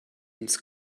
ins